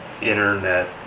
internet